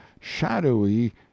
shadowy